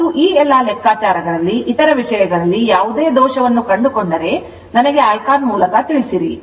ಮತ್ತು ಈ ಎಲ್ಲಾ ಲೆಕ್ಕಾಚಾರಗಳಲ್ಲಿ ಇತರ ವಿಷಯಗಳಲ್ಲಿ ಯಾವುದೇ ದೋಷವನ್ನು ಕಂಡುಕೊಂಡರೆ ನನಗೆ ಐಕಾನ್ ತಿಳಿಸಿರಿ